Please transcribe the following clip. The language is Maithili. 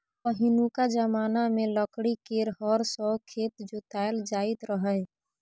पहिनुका जमाना मे लकड़ी केर हर सँ खेत जोताएल जाइत रहय